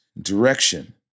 direction